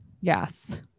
Yes